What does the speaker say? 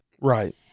Right